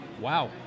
Wow